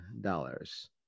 dollars